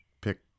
pick